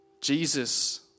Jesus